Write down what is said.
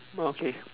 okay